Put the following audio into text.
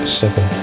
seven